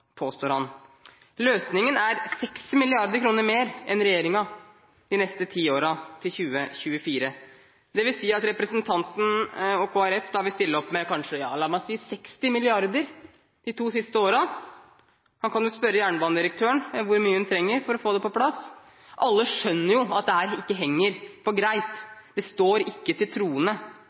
påstår han. Løsningen er å gi 6 mrd. kr mer enn regjeringen de neste ti årene, til 2024 – dvs. at representanten og Kristelig Folkeparti vil stille opp med la meg si 60 mrd. kr de to siste årene. Han kan jo spørre jernbanedirektøren hvor mye hun trenger for å få det på plass. Alle skjønner at dette ikke henger på greip. Det står ikke til